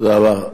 תודה רבה.